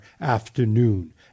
afternoon